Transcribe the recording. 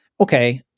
okay